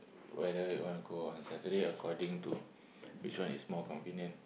whether you want to cook on Saturday according to which one is more convenient